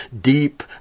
deep